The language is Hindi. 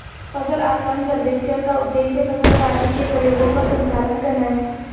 फसल आकलन सर्वेक्षण का उद्देश्य फसल काटने के प्रयोगों का संचालन करना है